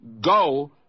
Go